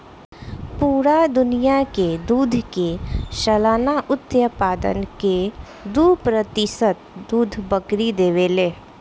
पूरा दुनिया के दूध के सालाना उत्पादन के दू प्रतिशत दूध बकरी देवे ले